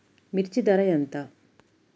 మిర్చి ధర ఎంత?